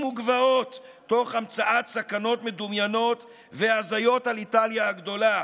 וגבעות תוך המצאת סכנות מדומיינות והזיות על איטליה הגדולה.